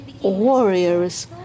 warriors